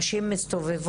להגיד,